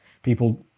People